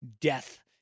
death